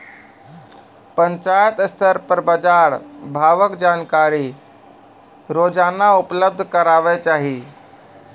पंचायत स्तर पर बाजार भावक जानकारी रोजाना उपलब्ध करैवाक चाही?